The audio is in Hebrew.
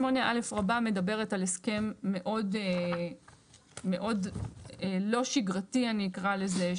(28א) מדברת על הסכם מאוד לא שגרתי אני אקרא לזה,